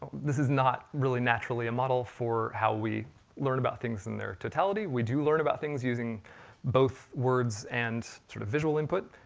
this is not really naturally a model for how we learn about things in their totality. we do learn about things using both words, and sort of visual input,